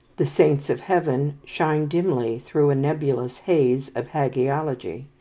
the saints of heaven shine dimly through a nebulous haze of hagiology.